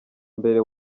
mbere